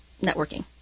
networking